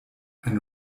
ein